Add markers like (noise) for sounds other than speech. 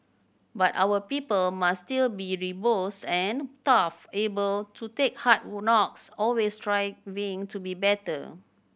but our people must still be robust and tough able to take hard (unintelligible) knocks always striving to be better